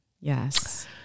Yes